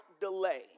delay